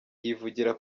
yivugira